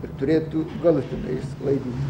ir turėtų galutinai išsklaidy